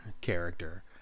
character